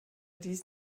dies